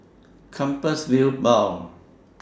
Compassvale Bow